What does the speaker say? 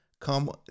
come